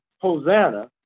Hosanna